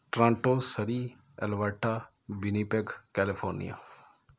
Toronto Surrey Alberta Winnipeg California